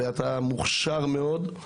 ואתה מוכשר מאוד.